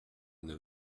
neuf